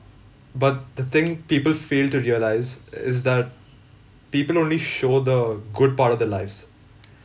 but the thing people fail to realise is that people only show the good part of their lives